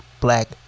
black